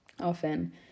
often